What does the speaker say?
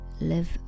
Live